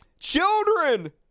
children